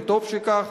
וטוב שכך,